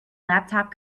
laptop